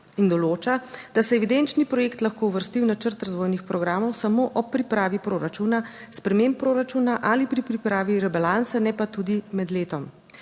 In določa, da se evidenčni projekt lahko uvrsti v načrt razvojnih programov samo ob pripravi proračuna, sprememb proračuna ali pri pripravi rebalansa, ne pa tudi med letom.